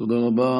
תודה רבה.